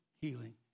healing